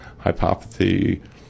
hypopathy